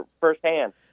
firsthand